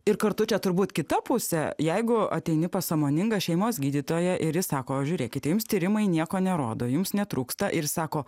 ir kartu čia turbūt kita pusė jeigu ateini pas sąmoningą šeimos gydytoją ir jis sako žiūrėkite jums tyrimai nieko nerodo jums netrūksta ir sako